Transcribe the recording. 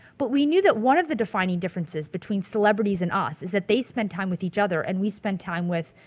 but we knew that one of the defining differences between celebrities and us is that they spend time with each other and we spend time with,